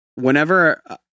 whenever